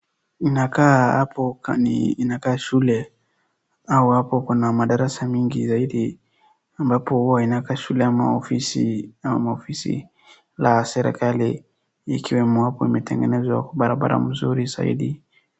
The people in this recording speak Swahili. Inakaa hapo ni inakaa shule au hapo kuna madarasa mingi zaidi ambapo huwa inakaa shule ama ofisi ama ofisi la serikali ikiwemo hapo imetengenzwa barabara mzuri zaidi.